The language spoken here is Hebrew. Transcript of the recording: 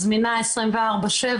זמינה 24/7